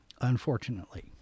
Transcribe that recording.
unfortunately